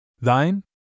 Thine